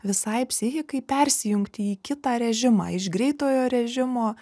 visai psichikai persijungti į kitą režimą iš greitojo režimo